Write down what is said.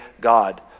God